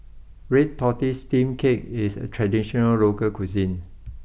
Red Tortoise Steamed Cake is a traditional local cuisine